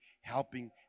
helping